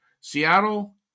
seattle